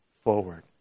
forward